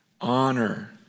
honor